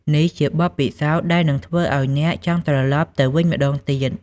នេះជាបទពិសោធន៍ដែលនឹងធ្វើឱ្យអ្នកចង់ត្រឡប់ទៅវិញម្តងទៀត។